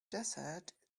desert